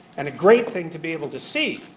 and a great thing to be able to see.